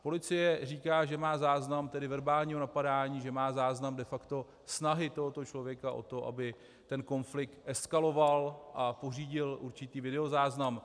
Policie říká, že má záznam tedy verbálního napadání, že má záznam de facto snahy tohoto člověka o to, aby ten konflikt eskaloval a pořídil určitý videozáznam.